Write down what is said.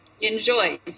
enjoy